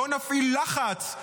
בואו ונפעיל לחץ,